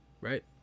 right